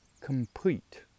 complete